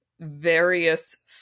various